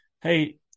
hey